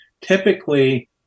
typically